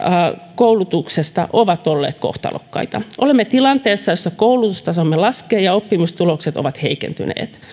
koulutuksesta ovat olleet kohtalokkaita olemme tilanteessa jossa koulutustasomme laskee ja oppimistulokset ovat heikentyneet